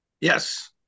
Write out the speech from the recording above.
Yes